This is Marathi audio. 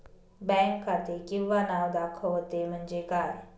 बँक खाते किंवा नाव दाखवते म्हणजे काय?